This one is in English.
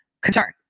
concern